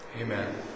Amen